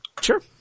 Sure